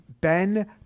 Ben